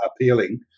appealing